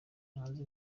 hanze